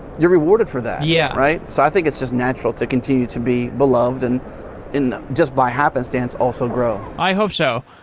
you're rewarded for that, yeah right? so, i think it's just natural to continue to be beloved and just by happenstance also grow i hope so.